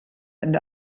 and